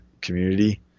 community